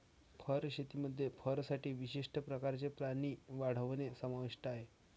fur शेतीमध्ये फरसाठी विशिष्ट प्रकारचे प्राणी वाढवणे समाविष्ट आहे